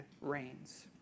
reigns